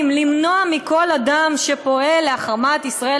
למנוע מכל אדם שפועל להחרמת ישראל,